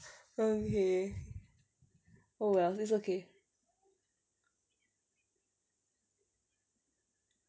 okay oh well it's okay